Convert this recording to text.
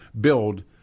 build